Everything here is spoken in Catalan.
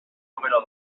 número